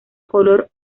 color